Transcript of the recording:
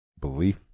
belief